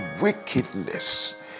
wickedness